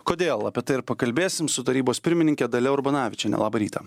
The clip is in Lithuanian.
kodėl apie tai ir pakalbėsim su tarybos pirmininke dalia urbanavičiene labą rytą